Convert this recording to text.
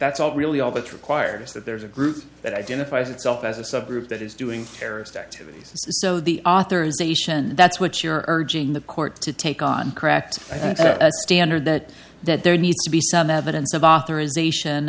that's all really all that requires that there's a group that identifies itself as a subgroup that is doing terrorist activities so the authorization that's what you're urging the court to take on cracked a standard that that there needs to be some evidence of authorization